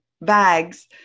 bags